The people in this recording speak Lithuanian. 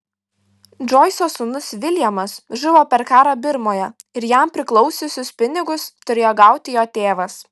džoiso sūnus viljamas žuvo per karą birmoje ir jam priklausiusius pinigus turėjo gauti jo tėvas